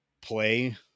play